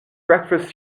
breakfast